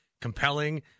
compelling